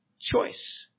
choice